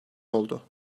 oldu